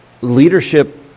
leadership